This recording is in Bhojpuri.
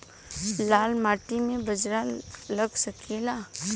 लाल माटी मे बाजरा लग सकेला?